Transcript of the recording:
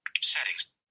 settings